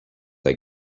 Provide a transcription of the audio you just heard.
they